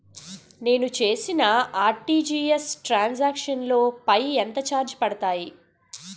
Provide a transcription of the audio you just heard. నేను చేసిన RTGS transaction లో పై ఎంత చార్జెస్ పడతాయి?